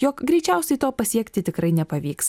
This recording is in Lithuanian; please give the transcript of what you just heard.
jog greičiausiai to pasiekti tikrai nepavyks